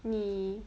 你